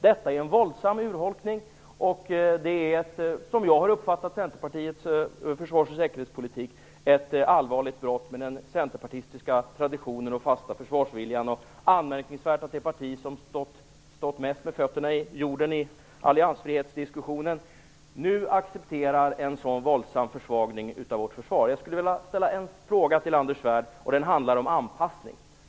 Detta är en våldsam urholkning, och det är, som jag har uppfattat Centerpartiets försvars och säkerhetspolitik, ett allvarligt brott mot den centerpartistiska traditionen och fasta försvarsviljan. Det är anmärkningsvärt att det parti som stått stadigast med fötterna i jorden i alliansfrihetsdiskussionen nu accepterar en sådan våldsam försvagning av vårt försvar. Jag skulle vilja ställa en fråga till Anders Svärd och den handlar om anpassning.